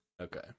Okay